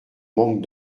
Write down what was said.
manque